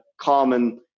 common